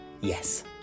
Yes